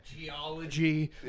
geology